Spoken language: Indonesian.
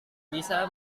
bisa